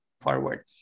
forward